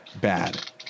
bad